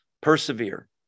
Persevere